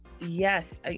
yes